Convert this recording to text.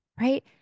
right